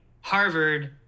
Harvard